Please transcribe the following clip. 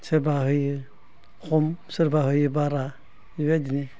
सोरबा होयो खम सोरबा होयो बारा बेबायदिनो